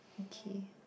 okay